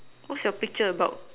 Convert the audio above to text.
what's your picture about